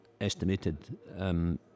estimated